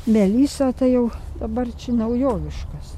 melisa tai jau dabar čia naujoviškas